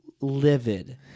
livid